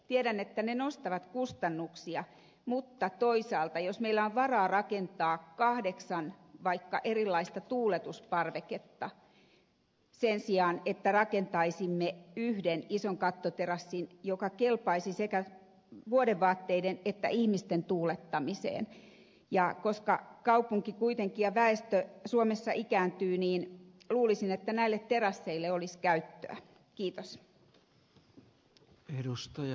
tiedän että ne nostavat kustannuksia mutta toisaalta jos meillä on varaa rakentaa vaikka kahdeksan erilaista tuuletusparveketta sen sijaan että rakentaisimme yhden ison kattoterassin joka kelpaisi sekä vuodevaatteiden että ihmisten tuulettamiseen niin kun kaupunkiväestö ja väestö suomessa kuitenkin ikääntyy luulisin että näille terasseille olisi käyttöä